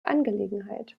angelegenheit